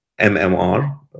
MMR